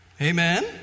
Amen